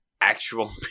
actual